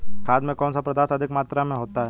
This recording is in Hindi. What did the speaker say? खाद में कौन सा पदार्थ अधिक मात्रा में होता है?